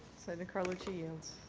senator carlucci yields.